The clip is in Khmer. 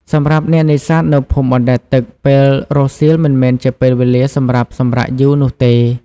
សម្រាប់អ្នកនេសាទនៅភូមិបណ្ដែតទឹក ពេលរសៀលមិនមែនជាពេលវេលាសម្រាប់សម្រាកយូរនោះទេ។